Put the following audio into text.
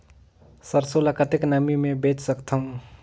सरसो ल कतेक नमी मे बेच सकथव?